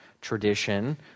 tradition